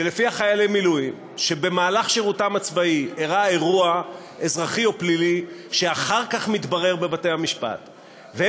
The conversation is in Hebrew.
שלפיה חיילי מילואים שבמהלך שירותם הצבאי אירע אירוע אזרחי או פלילי,